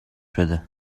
بده